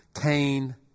Cain